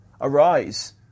Arise